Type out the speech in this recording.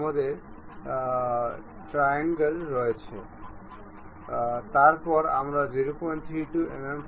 আমরা এই প্যারালেল মেট কে সরিয়ে দেব এবং আমরা পারপেন্ডিকুলার মেটের দিকে এগিয়ে যাব